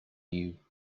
you